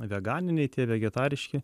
veganiniai tie vegetariški